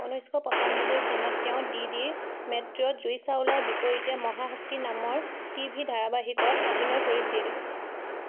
ঊনৈছশ পঁচানব্বৈ চনত তেওঁ ডিডি মেট্ৰ'ত জুহি চাওলাৰ বিপৰীতে মহাশক্তি নামৰ টিভি ধাৰাবাহিকত অভিনয় কৰিছিল